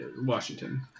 Washington